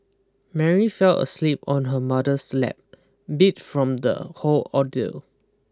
Mary fell asleep on her mother's lap beat from the whole ordeal